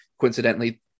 coincidentally